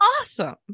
awesome